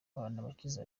habanabakize